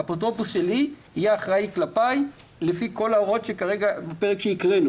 האפוטרופוס שלי יהיה אחראי כלפיי לפי כל ההוראות בפרק שהקראנו.